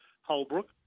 Holbrook